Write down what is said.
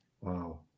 wow